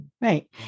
Right